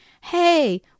hey